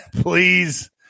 please